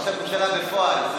ראש ממשלה בפועל.